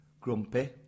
grumpy